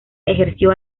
ejerció